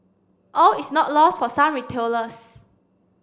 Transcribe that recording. all is not lost for some retailers